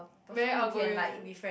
very outgoing